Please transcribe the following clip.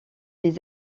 les